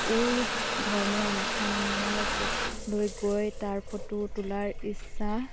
এই ধৰ্মীয় অনুষ্ঠানসমূহৰ লৈ গৈ তাৰ ফটো তোলাৰ ইচ্ছা